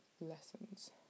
lessons